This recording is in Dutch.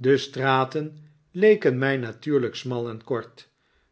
de straten leken mij natuurlijk smal en kort